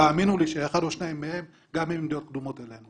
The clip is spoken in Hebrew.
תאמינו לי שאחד או שניים מהם גם עם דעות קדומות עלינו.